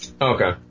Okay